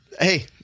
hey